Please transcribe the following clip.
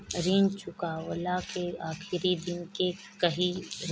ऋण चुकव्ला के आखिरी दिन कहिया रही?